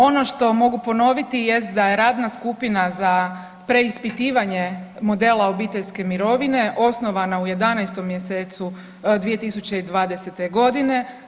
Ono što mogu ponoviti jest da je radna skupina za preispitivanje modela obiteljske mirovine osnovana u 11. mjesecu 2020. godine.